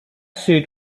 suit